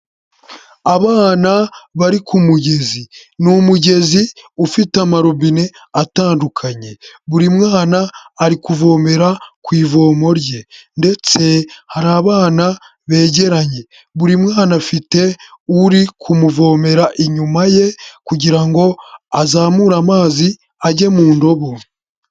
Abana bari ku mugezi, ni umugezi ufite amarobine atandukanye, buri mwana ari kuvomera ku ivomo rye, ndetse hari abana begeranye, buri mwana afite uri kumuvomera inyuma ye kugira ngo azamure amazi ajye mu indobo.